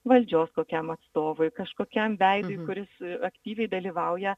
valdžios kokiam atstovui kažkokiam veidui kuris aktyviai dalyvauja